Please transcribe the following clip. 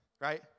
right